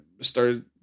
started